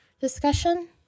discussion